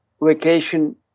vacation